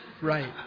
Right